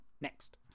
next